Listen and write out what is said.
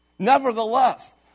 Nevertheless